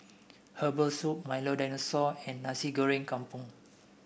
Herbal Soup Milo Dinosaur and Nasi Goreng Kampung